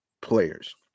players